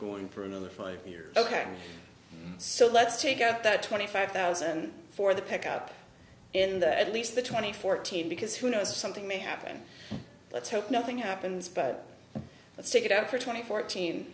going for another five years ok so let's take out that twenty five thousand for the pickup in the at least the twenty fourteen because who knows something may happen let's hope nothing happens but let's take it out for twenty fourteen